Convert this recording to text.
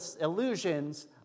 illusions